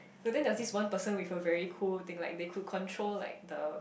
today I see one person with a very cool thing lah they could control like the